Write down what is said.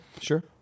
sure